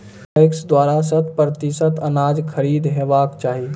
PACS द्वारा शत प्रतिसत अनाज खरीद हेवाक चाही?